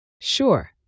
Sure